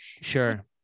Sure